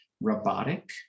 robotic